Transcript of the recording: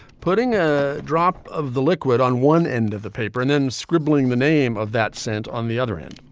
putting a drop of the liquid on one end of the paper and then scribbling the name of that scent on the other end.